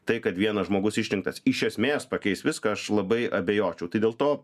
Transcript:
tai kad vienas žmogus išrinktas iš esmės pakeis viską aš labai abejočiau tai dėl to